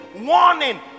warning